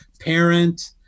parent